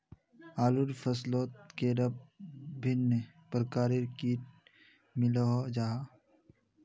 आलूर फसलोत कैडा भिन्न प्रकारेर किट मिलोहो जाहा?